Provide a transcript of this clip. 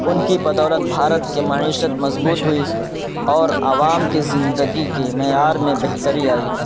ان کی بدولت بھارت کے معیشت مضبوط ہوئی اور عوام کی زندگی کی معیار میں بہتری آئی